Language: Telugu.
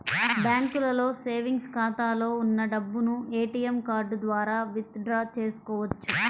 బ్యాంకులో సేవెంగ్స్ ఖాతాలో ఉన్న డబ్బును ఏటీఎం కార్డు ద్వారా విత్ డ్రా చేసుకోవచ్చు